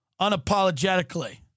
Unapologetically